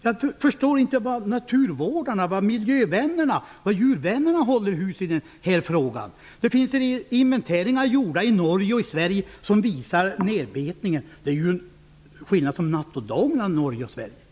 Jag förstår inte var naturvårdarna och djurvännerna håller hus när det gäller denna fråga. Det har gjorts inventeringar i Norge och Sverige som visar nedbetningen, och det är en skillnad som på dag och natt mellan Norge och Sverige.